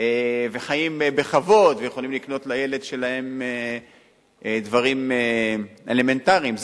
וחיים בכבוד ויכולים לקנות לילד שלהם דברים אלמנטריים,